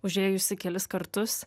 užėjusi kelis kartus